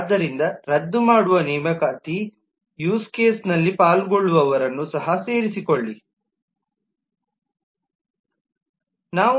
ಆದ್ದರಿಂದ ಭಾಗವಹಿಸುವವರಿಗೆ ಸಹ ಸೇರಿಸಿಕೊಳ್ಳಿ ಹಾಗು ನೇಮಕಾತಿ ಯೂಸ್ ಕೇಸನ್ನು ರದ್ದುಮಾಡು